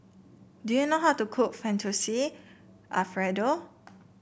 do you know how to cook Fettuccine Alfredo